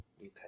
Okay